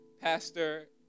Pastor